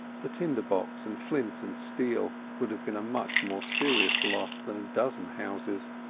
the tinder box and flint and steel would have been a much more serious loss than a dozen houses,